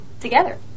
together